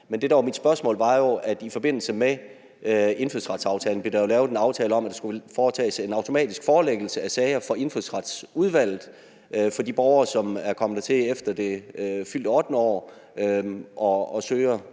om, var, at der jo i forbindelse med indfødsretsaftalen blev lavet en aftale om, at der skulle foretages en automatisk forelæggelse af sager for Indfødsretsudvalget i forhold til de borgere, som er kommet hertil efter det fyldte 8. år, og som